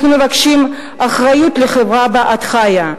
אנחנו מבקשים אחריות לחברה שבה את חיה.